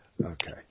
Okay